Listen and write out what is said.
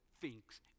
thinks